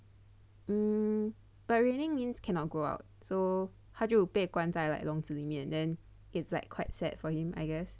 mm but raining means cannot go out so 她就被关在笼子里面 then it's like quite sad for him I guess